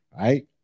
right